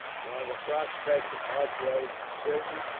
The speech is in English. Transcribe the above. while the prospect of hard blows was certain,